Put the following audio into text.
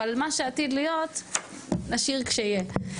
אבל מה שעתיד להיות נשאיר כשיהיה.